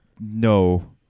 no